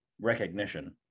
recognition